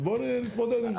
בואו נתמודד עם זה.